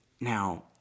Now